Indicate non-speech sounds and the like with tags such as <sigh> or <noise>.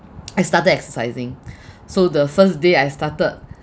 <noise> I started exercising <breath> so the first day I started